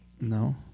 no